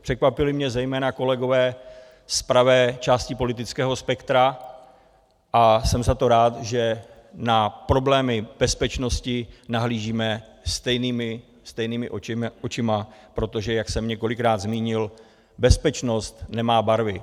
Překvapili mě zejména kolegové z pravé části politického spektra a jsem za to rád, že na problémy bezpečnosti nahlížíme stejnýma očima, protože jak jsem několikrát zmínil, bezpečnost nemá barvy.